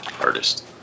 Artist